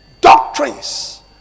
doctrines